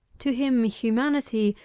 to him humanity,